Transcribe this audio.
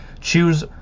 choose